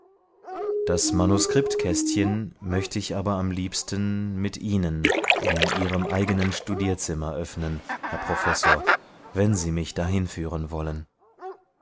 das manuskriptkästchen möchte ich aber am liebsten mit ihnen in ihrem eigenen studierzimmer öffnen herr professor wenn sie mich dahin führen wollen